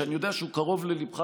שאני יודע שהוא קרוב לליבך,